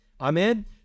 amen